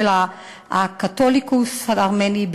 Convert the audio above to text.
ה"קתוליקוס" הארמני,